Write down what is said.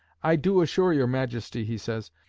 i do assure your majesty, he says,